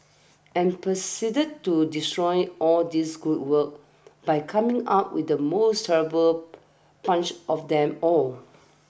and proceeded to destroy all this good work by coming up with the most terrible punch of them all